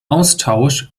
austausch